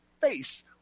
face